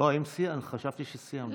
חשבתי שסיימת.